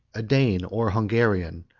a dane or hungarian,